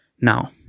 Now